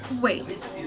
Wait